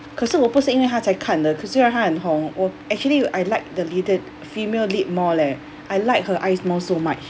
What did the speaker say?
可是我不是因为他才看的可虽然他很红我 actually I like the leade~ female lead more leh I like her eyes nose so much